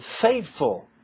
faithful